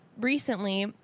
recently